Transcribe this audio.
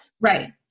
right